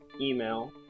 email